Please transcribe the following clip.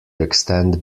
extend